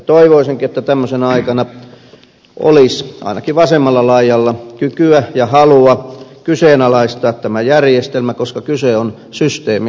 toivoisinkin että tämmöisenä aikana olisi ainakin vasemmalla laidalla kykyä ja halua kyseenalaistaa tämä järjestelmä koska kyse on systeemikriisistä